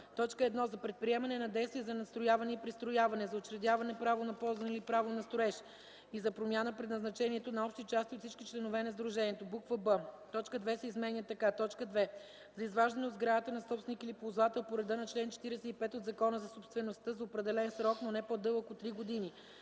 така: „1. за предприемане на действия за надстрояване и пристрояване, за учредяване право на ползване или право на строеж и за промяна предназначението на общи части – от всички членове на сдружението”; б) точка 2 се изменя така: „2. за изваждане от сградата на собственик или ползвател по реда на чл. 45 от Закона за собствеността за определен срок, но не по-дълъг от три години